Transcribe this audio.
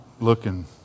looking